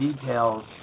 details